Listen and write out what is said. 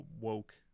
woke